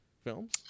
films